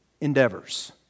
endeavors